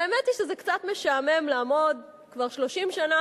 והאמת היא שזה קצת משעמם לעמוד כבר 30 שנה,